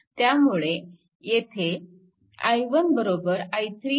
त्यामुळे i1 i3 i4